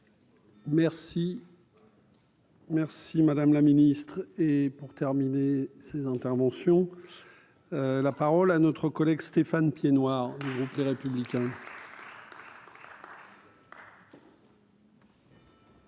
Merci madame la ministre, et pour terminer ses interventions, la parole à notre collègue Stéphane Piednoir du groupe, les républicains.